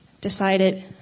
decided